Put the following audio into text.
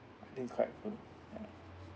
I think quite good ya